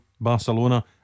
Barcelona